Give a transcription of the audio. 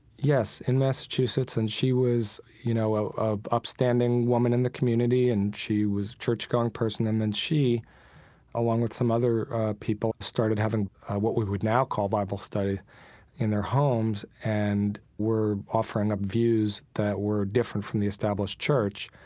yes, in massachusetts. and she was, you know, an upstanding woman in the community, and she was a churchgoing person. and then she along with some other people started having what we would now call bible studies in their homes and were offering up views that were different from the established church.